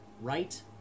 right